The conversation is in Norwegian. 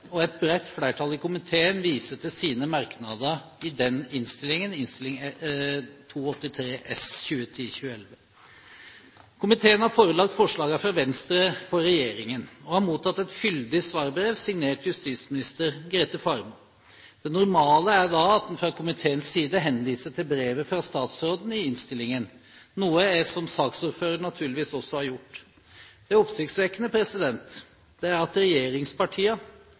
og et bredt flertall i komiteen viser til sine merknader i den innstillingen – Innst. 283 S for 2010–2011. Komiteen har forelagt forslagene fra Venstre for regjeringen og har mottatt et fyldig svarbrev, signert justisminister Grete Faremo. Det normale er da at en fra komiteens side henviser til brevet fra statsråden i innstillingen, noe jeg som saksordfører naturligvis også har gjort. Det oppsiktsvekkende er at